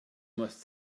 must